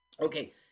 Okay